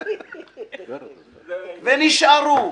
ונשארו,